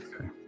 Okay